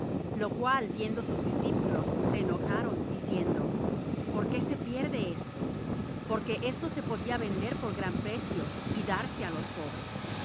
lo cual viendo sus discípulos se enojaron diciendo por qué se pierde esto porque esto se podía vender por gran precio y darse á los pobres